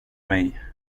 mig